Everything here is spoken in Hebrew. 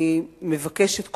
אני מבקשת,